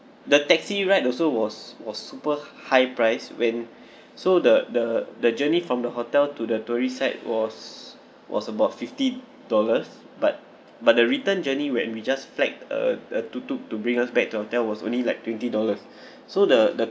the taxi ride also was was super high price when so the the the journey from the hotel to the tourist site was was about fifty dollars but but the return journey when we just flight uh uh to to to bring us back to hotel was only like twenty dollars so the the